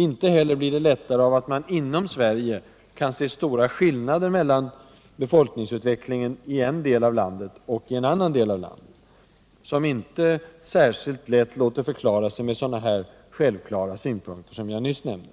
Inte heller blir det lättare av att man inom Sverige kan se stora skillnader mellan befolkningsutvecklingen i en del av landet och i en annan del av landet, som inte särskilt lätt låter förklara sig med sådana här självklara synpunkter som jag nyss nämnde.